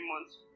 months